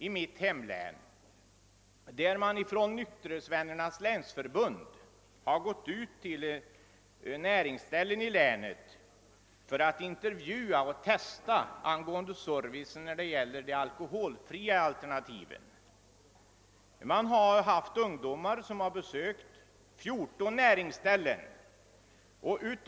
I mitt hemlän har Nykterhetsvännernas länsförbund gjort ett försök. Man har på näringsställen i länet gjort intervjuer beträffande den service dessa har i fråga om alkoholfria alternativ. Ungdomar har besökt 14 näringsställen.